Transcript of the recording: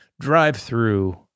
drive-through